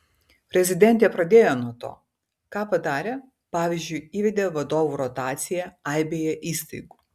prezidentė pradėjo nuo to ką padarė pavyzdžiui įvedė vadovų rotaciją aibėje įstaigų